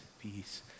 peace